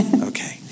Okay